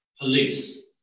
police